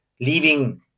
leaving